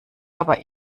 aber